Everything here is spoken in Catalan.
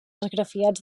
esgrafiats